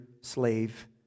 slave